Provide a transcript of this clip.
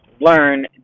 learn